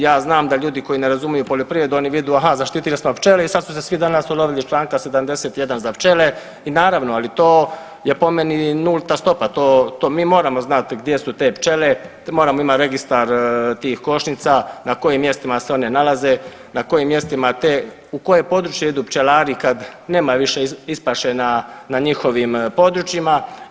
Ja znam da ljudi koji ne razumiju poljoprivrednu oni vidu aha zaštitili smo pčele i sad su se svi danas ulovili Članka 71. za pčele i naravno, ali to je po meni nulta stopa, to mi moramo znati gdje su te pčele, moramo imati registar tih košnica na kojim mjestima se one nalaze, na kojim mjestima te u koje područje idu pčelari kad nema više ispaše na njihovim područjima.